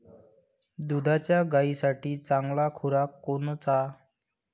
दुधाच्या गायीसाठी चांगला खुराक कोनचा?